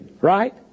right